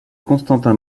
constantin